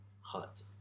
hot